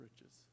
riches